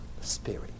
Spirit